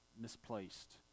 Misplaced